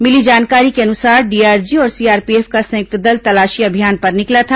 मिली जानकारी के अनुसार डीआरजी और सीआरपीएफ का संयुक्त दल तलाशी अभियान पर निकला था